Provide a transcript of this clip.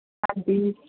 ਹਾਂਜੀ